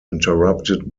interrupted